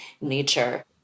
nature